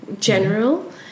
general